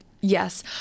Yes